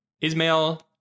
Ismail